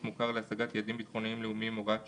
מוכר להשגת יעדים ביטחוניים לאומיים)(הוראת שעה),